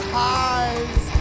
highs